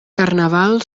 carnaval